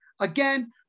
Again